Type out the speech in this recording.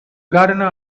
gardener